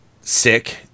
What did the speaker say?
sick